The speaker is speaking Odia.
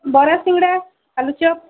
ବରା ସିଙ୍ଗଡ଼ା ଆଳୁଚପ୍